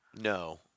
No